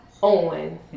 on